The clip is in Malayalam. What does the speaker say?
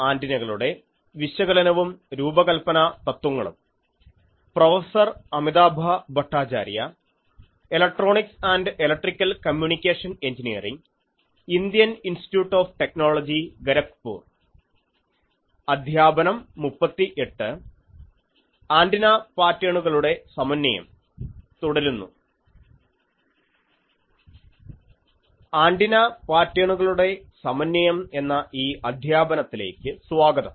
ആൻറിന പാറ്റേണുകളുടെ സമന്വയം എന്ന ഈ അധ്യാപനത്തിലേക്ക് സ്വാഗതം